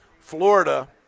Florida